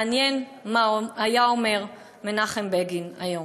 מעניין מה היה אומר מנחם בגין היום.